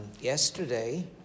yesterday